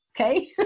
okay